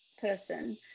person